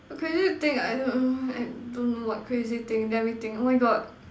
crazy thing I I don't know what crazy thing let me think oh my God